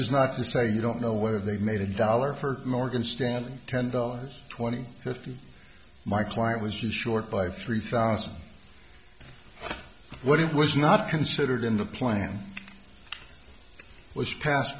is not to say you don't know whether they've made a dollar for morgan stanley ten dollars twenty fifth my client was just short by three thousand what it was not considered in the plan was pas